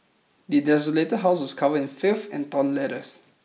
the desolated house was covered in filth and torn letters